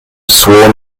sworn